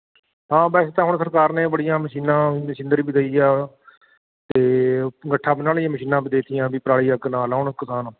ਹਾਂ ਵੈਸੇ ਤਾਂ ਹੁਣ ਸਰਕਾਰ ਨੇ ਬੜੀਆਂ ਮਸ਼ੀਨਾਂ ਮਸ਼ੀਨਰੀ ਵੀ ਦਈ ਆ ਅਤੇ ਗੱਠਾਂ ਬਣਾਉਣ ਆਲੀ ਮਸ਼ੀਨਾਂ ਵੀ ਦੇਤੀਆਂ ਵੀ ਪਰਾਲੀ ਅੱਗ ਨਾ ਲਾਉਣ ਕਿਸਾਨ